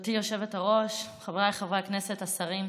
גברתי היושבת-ראש, חבריי חברי הכנסת, השרים,